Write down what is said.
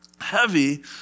heavy